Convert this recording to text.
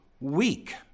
weak